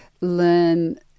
learn